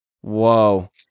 Whoa